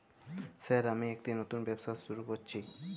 Sir আমি একটি নতুন ব্যবসা শুরু করেছি?